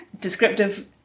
descriptive